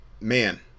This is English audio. man